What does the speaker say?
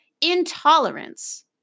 intolerance